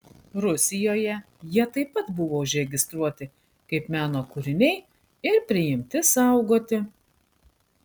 rusijoje jie taip pat buvo užregistruoti kaip meno kūriniai ir priimti saugoti